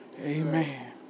Amen